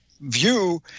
view